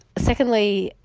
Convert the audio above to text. secondly,